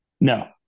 No